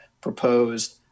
proposed